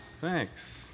thanks